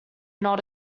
not